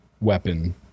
weapon